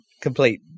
Complete